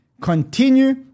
continue